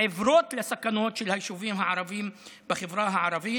עיוורות לסכנות של היישובים הערביים בחברה הערבית.